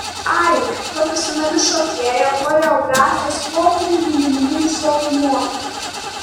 ainė profesionali šokėja choreografė sportinių bei linijinių šokių mokytoja